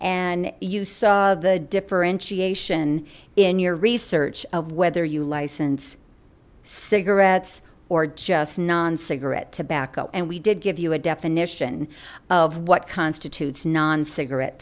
and you saw the differentiation in your research of whether you licensed cigarettes or just non cigarette tobacco and we did give you a definition of what constitutes non cigarette